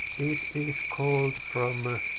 it is called from,